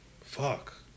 Fuck